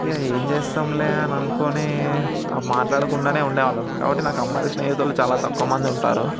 ఇహ ఏం చేస్తాంలే అ ని అనుకొని మాట్లాడకుండానే ఉండేవాళ్ళం కాబట్టి నాకు అమ్మాయిల స్నేహితులు చాలా తక్కువ మందే ఉంటారు